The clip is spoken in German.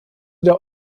der